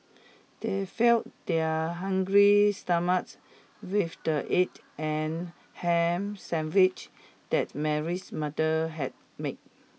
they failed their hungry stomachs with the egg and ham sandwiche that Mary's mother had made